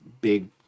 big